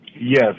Yes